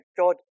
God